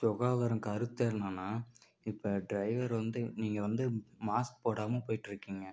சுகாதாரம் கருத்து என்னென்னா இப்போ டிரைவர் வந்து நீங்கள் வந்து மாஸ்க் போடாமல் போய்கிட்ருக்கீங்க